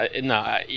no